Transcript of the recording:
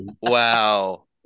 Wow